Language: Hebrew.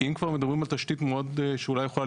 אם כבר מדברים על תשיתי שמאוד אולי יכולה